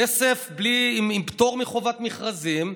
כסף, פטור מחובת מכרזים,